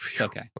okay